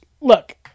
look